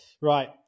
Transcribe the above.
Right